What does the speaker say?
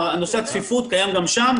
נושא הצפיפות קיים גם שם,